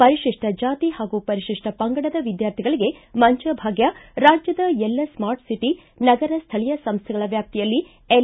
ಪರಿಶಿಷ್ಟ ಜಾತಿ ಹಾಗೂ ಪರಿಶಿಷ್ಟ ಪಂಗಡದ ವಿದ್ವಾರ್ಥಿಗಳಿಗೆ ಮಂಚ ಭಾಗ್ಯ ರಾಜ್ಯದ ಎಲ್ಲಾ ಸ್ಮಾರ್ಟ್ ಸಿಟಿ ನಗರ ಸ್ಥಳೀಯ ಸಂಸ್ಥೆಗಳ ವ್ಯಾಪ್ತಿಯಲ್ಲಿ ಎಲ್